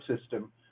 system